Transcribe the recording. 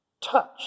Touch